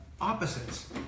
opposites